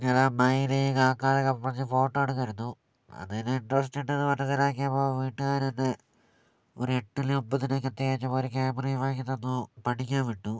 പിന്നെ ഞാൻ മയില് കാക്ക എന്നൊക്കെപറഞ്ഞു ഫോട്ടോ എടുക്കുമായിരുന്നു അതുകഴിഞ്ഞു ഇൻ്ററസ്റ്റ് ഉണ്ട് എന്നുപറഞ്ഞു ഇതാക്കിയപ്പോ വീട്ടുകാരെന്നെ ഒരു എട്ടിലോ ഒൻപതിലൊക്കെ എത്തിയപ്പോ എനിക്കൊരു ക്യാമറയും വാങ്ങിത്തന്നു പഠിക്കാൻ വിട്ടു